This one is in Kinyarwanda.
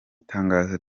itangazo